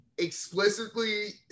explicitly